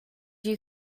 you